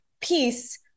peace